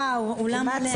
וואו, אולם מלא.